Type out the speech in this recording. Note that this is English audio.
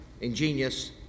ingenious